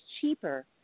cheaper